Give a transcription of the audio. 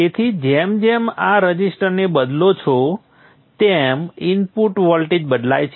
તેથી જેમ જેમ આ રઝિસ્ટરને બદલો છો તેમ ઇનપુટ વોલ્ટેજ બદલાય છે